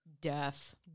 Deaf